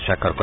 স্বাক্ষৰ কৰে